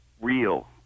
real